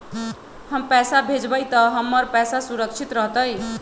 हम पैसा भेजबई तो हमर पैसा सुरक्षित रहतई?